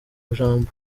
ijambo